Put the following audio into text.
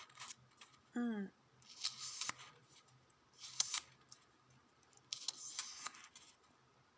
mm